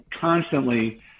constantly